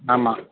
ஆமாம்